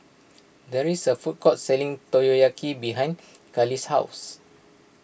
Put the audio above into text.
there is a food court selling Takoyaki behind Cali's house